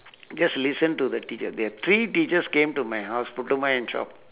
just listened to the teacher there are three teachers came to my house putu mayam shop